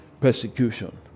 persecution